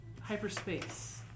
hyperspace